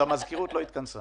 המזכירות עוד לא התכנסה.